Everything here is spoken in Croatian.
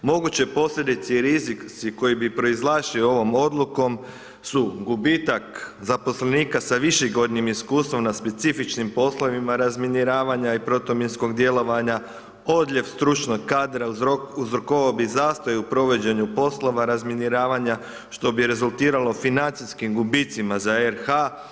Moguće posljedice i rizici koji bi proizašli ovom odlukom su gubitak zaposlenika, sa višegodišnjim iskustvom na specifičnim poslovima razminiravanja i protuminskog djelovanja, odljev stručnog kadra uzrokovao bi zastoj u provođenju poslova razminiravanja što bi rezultiralo financijskim gubicima za RZ.